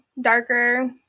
darker